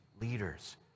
leaders